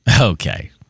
Okay